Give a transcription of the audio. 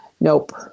Nope